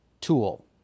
tool